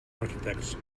architects